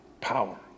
power